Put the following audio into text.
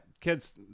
kids